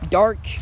dark